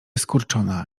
skurczona